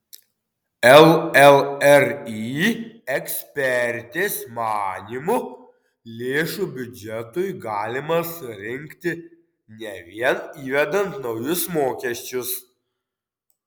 llri ekspertės manymu lėšų biudžetui galima surinkti ne vien įvedant naujus mokesčius